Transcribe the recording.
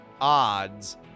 odds